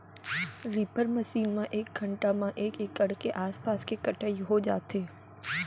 reaper machine म एक घंटा म एक एकड़ के आसपास के कटई हो जाथे